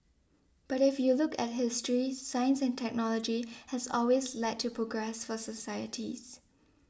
but if you look at history science and technology has always led to progress for societies